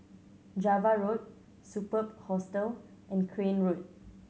Java Road Superb Hostel and Crane Road